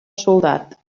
soldat